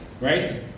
Right